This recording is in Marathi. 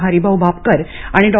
हरीभाऊ भापकर आणि डॉ